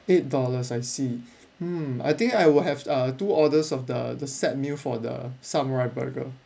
eight dollars I see hmm I think I will have uh two orders of the the set meal for the samurai burger